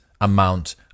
amount